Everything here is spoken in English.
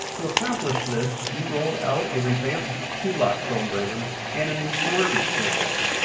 to accomplish this, we rolled out a revamped heloc program and a new mortgage program.